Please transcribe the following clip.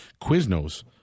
Quiznos